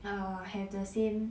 err have the same